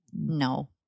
No